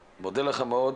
אני מודה לכל מי